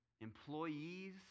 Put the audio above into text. Employees